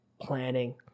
planning